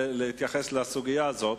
להתייחס לסוגיה הזאת.